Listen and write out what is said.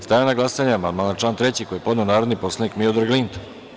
Stavljam na glasanje amandman na član 3. koji je podneo narodni poslanik Miodrag Linta.